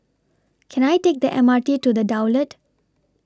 Can I Take The M R T to The Daulat